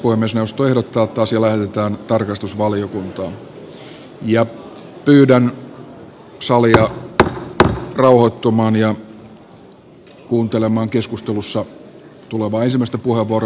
pyydän salia rauhoittumaan ja kuuntelemaan keskustelun ensimmäistä puheenvuoroa joka on edustaja tuupaisen puheenvuoro